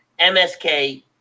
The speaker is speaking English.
MSK